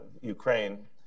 Ukraine